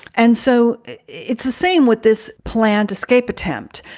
and so it's the same with this planned escape attempt.